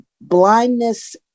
blindness